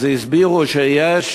הסבירו שיש